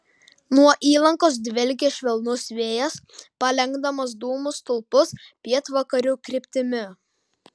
nuo įlankos dvelkė švelnus vėjas palenkdamas dūmų stulpus pietvakarių kryptimi